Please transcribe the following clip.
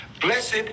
blessed